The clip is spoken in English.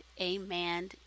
amen